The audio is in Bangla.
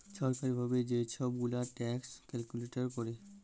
ছরকারি ভাবে যে ছব গুলা ট্যাক্স ক্যালকুলেট ক্যরে